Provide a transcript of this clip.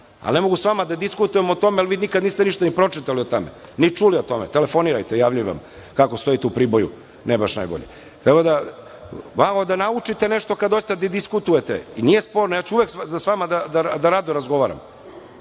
Ne mogu sa vama da diskutujem o tome, jer vi nikad niste ništa ni pročitali o tome, ni čuli o tome. Telefonirate, javljaju vam kako stojite u Priboju, ne baš najbolje. Malo da naučite nešto kad dosta diskutujete. Nije sporno, ja ću uvek sa vama rado da razgovaram,